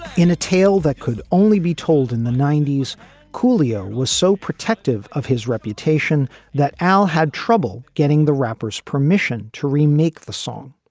in a tale that could only be told in the ninety point s coolio was so protective of his reputation that al had trouble getting the rapper's permission to remake the song.